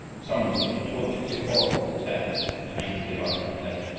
some were put to tortures too horrible to tell to make them give up their faith.